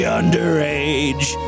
underage